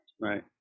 right